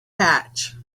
hatch